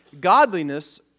Godliness